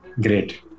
Great